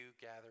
gather